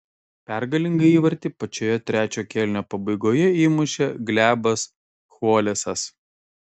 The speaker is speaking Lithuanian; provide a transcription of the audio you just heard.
pergalingą įvartį pačioje trečio kėlinio pabaigoje įmušė glebas chvolesas